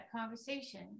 conversation